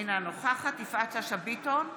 אינה נוכחת יפעת שאשא ביטון,